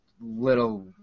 little